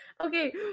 Okay